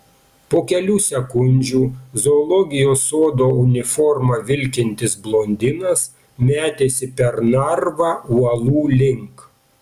po kelių sekundžių zoologijos sodo uniforma vilkintis blondinas metėsi per narvą uolų link